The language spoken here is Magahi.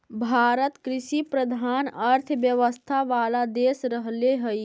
भारत कृषिप्रधान अर्थव्यवस्था वाला देश रहले हइ